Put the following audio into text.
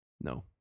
no